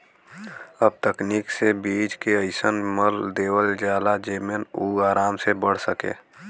अब तकनीक से बीज के अइसन मल देवल जाला जेमन उ आराम से बढ़ सके